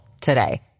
today